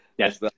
Yes